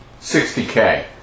60K